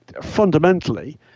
fundamentally